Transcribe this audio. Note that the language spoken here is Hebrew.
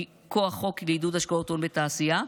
מכוח חוק לעידוד השקעות הון בתעשייה,